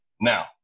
Now